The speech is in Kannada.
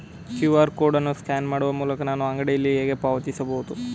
ಕ್ಯೂ.ಆರ್ ಕೋಡ್ ಅನ್ನು ಸ್ಕ್ಯಾನ್ ಮಾಡುವ ಮೂಲಕ ನಾನು ಅಂಗಡಿಯಲ್ಲಿ ಹೇಗೆ ಪಾವತಿಸಬಹುದು?